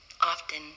often